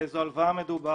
באיזו הלוואה מדובר,